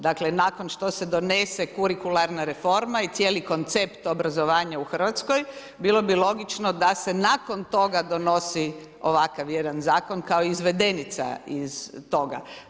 Dakle, nakon što se donese kurikularna reforma i cijeli koncept obrazovanja u Hrvatskoj, bilo bi logično, da se nakon toga donosi ovakav jedan zakon, kao izvedenica iz toga.